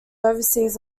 overseas